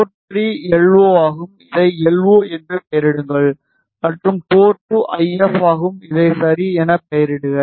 board 3 LO ஆகும் இதை LO என பெயரிடுங்கள் மற்றும் போர்ட் 2 ஐஎப் ஆகும் இதை சரி என பெயரிடுக